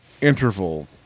interval